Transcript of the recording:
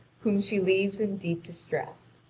whom she leaves in deep distress.